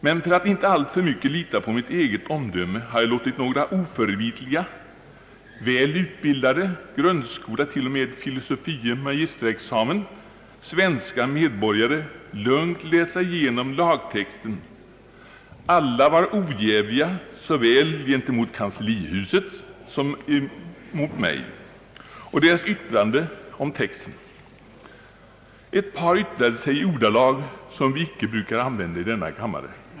Men för att inte alltför mycket lita på mitt eget omdöme har jag låtit några oförvitliga, väl utbildade — grundskola till filosofie magisterexamen — svenska medborgare lugnt läsa igenom lagtexten. Alla var ojäviga gentemot såväl kanslihuset som mig. Då jag begärde deras utlåtande om texten, yttrade sig ett par i ordalag som vi icke brukar använda i denna kammare.